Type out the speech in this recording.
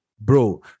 bro